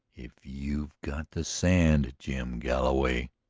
if you've got the sand, jim galloway!